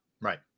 Right